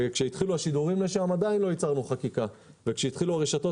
כשהתחילו השידורים שם עדיין לא ייצרנו חקיקה וכשהתחילו הרשתות